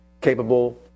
capable